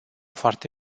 foarte